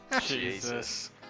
Jesus